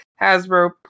Hasbro